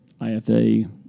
IFA